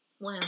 Wow